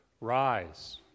Rise